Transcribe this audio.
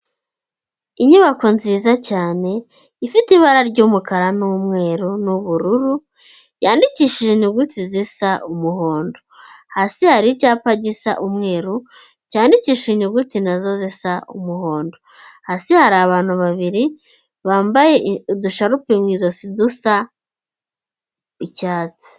Inyubako nziza cyane ifite ibara ry'umukara n'umweru n'ubururu yandikishije inyuguti zisa umuhondo, hasi hari icyapa gisa umweru cyandikisha inyuguti nazo zisa umuhondo, hasi hari abantu babiri bambaye udusharupe mu ijosi dusa icyatsi.